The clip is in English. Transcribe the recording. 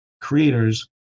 creators